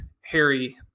Harry